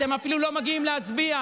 אתם אפילו לא מגיעים להצביע.